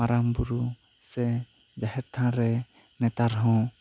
ᱢᱟᱨᱟᱝ ᱵᱳᱨᱳ ᱥᱮ ᱡᱟᱦᱮᱨ ᱛᱷᱟᱱ ᱨᱮ ᱱᱮᱛᱟᱨ ᱦᱚᱸ